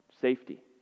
safety